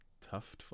tough